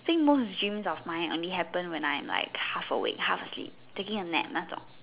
think most of the dreams of mine only happen when I'm like half awake half asleep taking a nap 那种